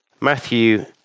Matthew